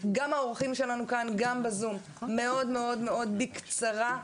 מהאורחים שלנו כאן ובזום מאוד בקצרה,